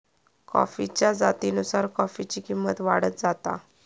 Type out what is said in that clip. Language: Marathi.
कॉफीच्या जातीनुसार कॉफीची किंमत वाढत जाता